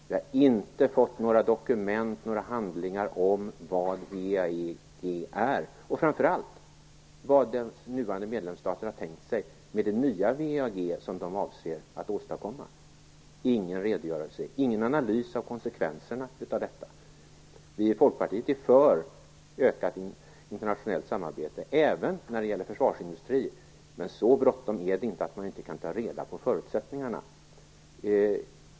Vi har inte fått några dokument eller handlingar om vad WEAG är och framför allt inte om vad de nuvarande medlemsstaterna har tänkt sig med det nya WEAG som de avser att åstadkomma - ingen redogörelse, ingen analys av konsekvenserna. Vi i Folkpartiet är för ökat internationellt samarbete, även när det gäller försvarsindustri, men så bråttom är det inte att man inte kan ta reda på förutsättningarna.